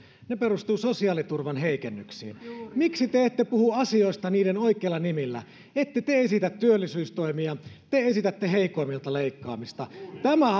perustuu sosiaaliturvan heikennyksiin miksi te ette puhu asioista niiden oikeilla nimillä ette te esitä työllisyystoimia te esitätte heikoimmilta leikkaamista tämä